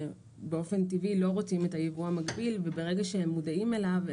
באופן טבעי לא רוצים את היבוא המקביל וברגע שהם מודעים אליו,